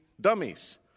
dummies